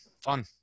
Fun